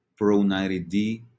Pro90D